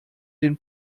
den